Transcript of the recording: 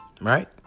Right